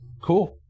Cool